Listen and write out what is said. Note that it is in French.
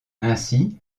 ainsi